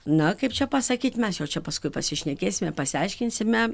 na kaip čia pasakyt mes jau čia paskui pasišnekėsime pasiaiškinsime